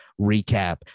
recap